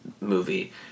movie